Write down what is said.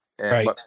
right